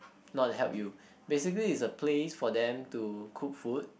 not help you basically is a place for them to cook food